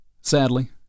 sadly